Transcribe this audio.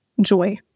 joy